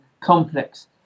complex